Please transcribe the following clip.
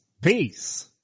Peace